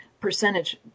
percentage